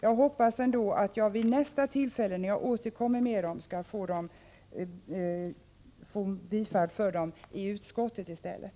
Jag hoppas att de vid nästa tillfälle när jag återkommer med dem skall bli tillstyrkta av utskottet i stället.